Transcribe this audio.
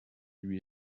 lui